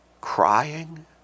crying